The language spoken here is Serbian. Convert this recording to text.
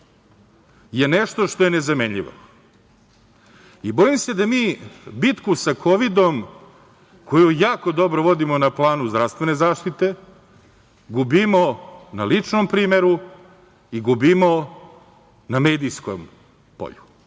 je nešto što je nezamenljivo i bojim se da mi bitku sa kovidom koju jako dobro vodimo na planu zdravstvene zaštite, gubimo na ličnom primeru i gubimo na medijskom polju.